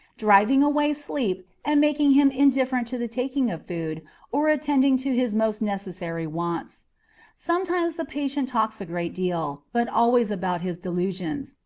driving away sleep, and making him indifferent to the taking of food or attending to his most necessary wants sometimes the patient talks a great deal, but always about his delusions,